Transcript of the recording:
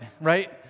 Right